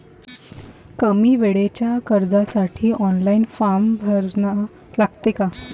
कमी वेळेच्या कर्जासाठी ऑनलाईन फारम भरा लागते का?